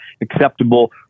acceptable